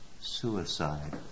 suicide